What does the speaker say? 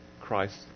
Christ